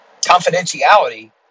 confidentiality